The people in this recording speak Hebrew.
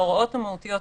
ההוראות המהותיות,